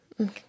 Okay